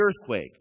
earthquake